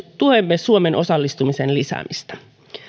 tuemme suomen osallistumisen lisäämistä